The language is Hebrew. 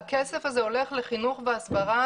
הכסף הזה הולך לחינוך והסברה,